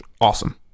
Awesome